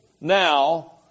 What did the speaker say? now